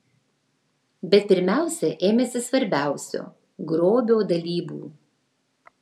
bet pirmiausia ėmėsi svarbiausio grobio dalybų